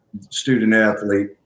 student-athlete